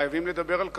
חייבים לדבר על כדורגל?